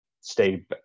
stay